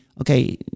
okay